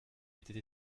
était